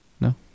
No